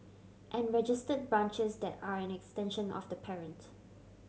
and registered branches that are an extension of the parent